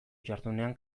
jardunean